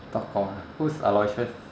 tok gong who's aloysius